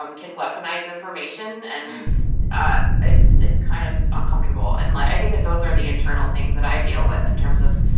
um can weaponize information, and ah it's it's kind of uncomfortable. and like i think that those are the internal things that i deal with in terms of,